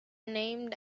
named